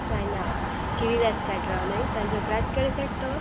असां इन किरी वैस्ट साइड रहंदा आहियूं तव्हांजो क्लास कहिड़ी साइड अथव